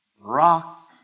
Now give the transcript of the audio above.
Rock